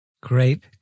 Great